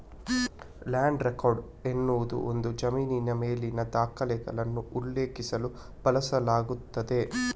land record ಎನ್ನುವುದು ಒಂದು ಜಮೀನಿನ ಮೇಲಿನ ದಾಖಲೆಗಳನ್ನು ಉಲ್ಲೇಖಿಸಲು ಬಳಸಲಾಗುತ್ತದೆ